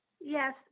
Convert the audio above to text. Yes